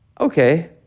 Okay